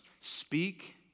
Speak